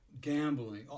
gambling